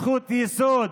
זכויות יסוד